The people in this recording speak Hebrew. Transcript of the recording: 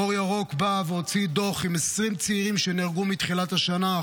אור ירוק הוציאו דוח על 20 צעירים שנהרגו מתחילת השנה,